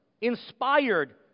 inspired